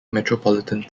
metropolitan